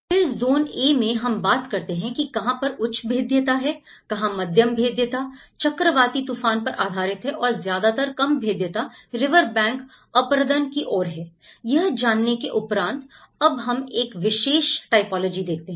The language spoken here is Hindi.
फिर जॉन A में हम बात करते हैं कि कहां पर उच्च भेद्यता है कहां मध्यम भेद्यता चक्रवाती तूफान पर आधारित है और ज्यादातर कम भेद्यता रिवर बैंक अपरदन की ओर है यह जानने के उपरांत अब हम एक विशेष टाइपोलॉजी देखते हैं